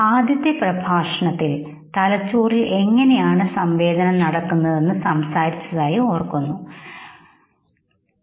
ആദ്യ പ്രഭാഷണത്തിൽ തലച്ചോറിൽ എങ്ങനെയാണ് സംവേദനം നടക്കുന്നതെന്ന് സംസാരിച്ചതായി ഓർക്കുന്നുധാരണത്തിൽ ആരംഭിച്ചു